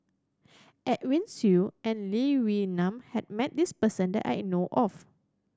Edwin Siew and Lee Wee Nam has met this person that I know of